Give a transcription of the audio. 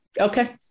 Okay